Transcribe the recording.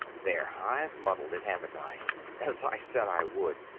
there! i've muddled it haven't i as i said i would.